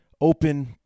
open